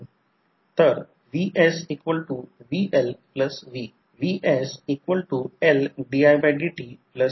तर समजा load resistance RL आहे आणि रिअॅक्टॅन्स XLj आहे असे म्हणा परंतु जेव्हा प्रॉब्लेम सोडविला जातो तेव्हा j कॉम्प्लेक्स ऑपरेटर आणि लोडमधील व्होल्टेज V2 आहे ते येथे दिले आहे